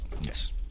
Yes